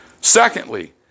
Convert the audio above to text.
Secondly